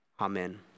Amen